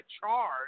charge